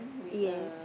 yes